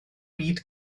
byd